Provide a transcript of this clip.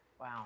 Wow